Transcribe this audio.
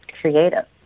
creative